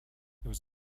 was